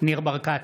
ניר ברקת,